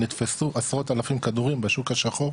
נתפסו עשרות אלפי כדורים בשוק השחור,